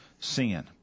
sin